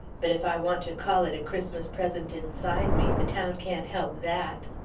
but if i want to call it a christmas present inside me, the town can't help that.